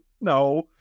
No